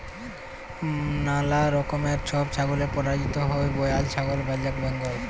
ম্যালা রকমের ছব ছাগলের পরজাতি হ্যয় বোয়ার ছাগল, ব্যালেক বেঙ্গল